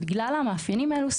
בגלל המאפיינים האלה,